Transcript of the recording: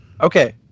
Okay